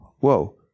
Whoa